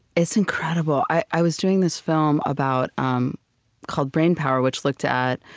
it's incredible. i was doing this film about um called brain power, which looked at